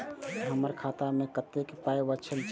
हमर खाता मे कतैक पाय बचल छै